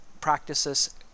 practices